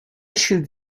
should